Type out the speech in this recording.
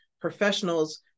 professionals